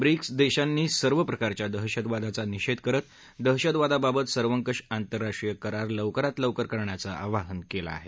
BRICS देशांनी सर्व प्रकारच्या दहशतवादाचा निषेध करत दहशतवादाबाबत सर्वकष आंतरराष्ट्रीय करार लवकरात लवकर करण्याचं आवाहन केलं आहे